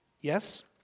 Yes